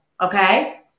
okay